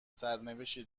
سرنوشتی